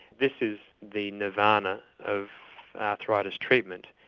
this is the nirvana of arthritis treatment,